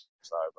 sorry